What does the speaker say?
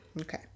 Okay